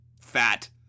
fat